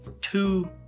two